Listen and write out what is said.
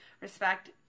respect